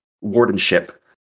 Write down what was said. wardenship